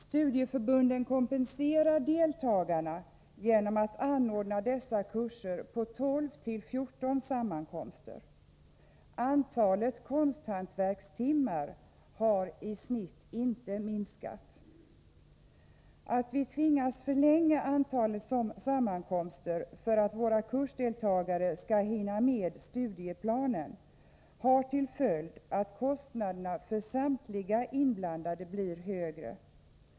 Studieförbunden kompensear deltagarna genom att anordna dessa kurser med 12-14 sammankomster. Antalet konsthantverkstimmar i snitt har inte minskat. Att vi tvingas öka antalet sammankomster för att våra kursdeltagare skall hinna med studieplanen har till följd att kostnaderna för samtliga inblandade blir högre.